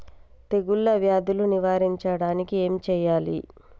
తెగుళ్ళ వ్యాధులు నివారించడానికి ఏం చేయాలి?